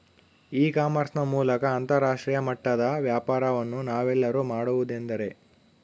E commerce ನ ಮೂಲಕ ಅಂತರಾಷ್ಟ್ರೇಯ ಮಟ್ಟದ ವ್ಯಾಪಾರವನ್ನು ನಾವೆಲ್ಲರೂ ಮಾಡುವುದೆಂದರೆ?